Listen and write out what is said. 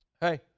Hey